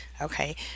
okay